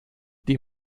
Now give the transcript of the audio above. die